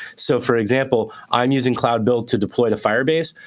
so for example, i'm using cloud build to deploy to firebase.